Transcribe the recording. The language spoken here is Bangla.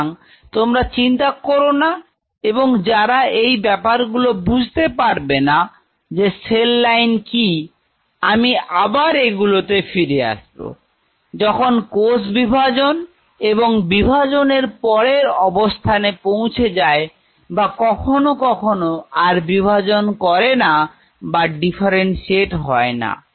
সুতরাং তোমরা চিন্তা করোনা এবং যারা এই ব্যাপারগুলো বুঝতে পারবে না যে সেল লাইন কি আমি আবার এগুলোতে ফিরে আসবো যখন কোষ বিভাজন এবং বিভাজন এর পরের অবস্থানে পৌঁছে যায় বা কখনো কখনো আর বিভাজন করে না বা ডিফারেনশিয়েট হয়না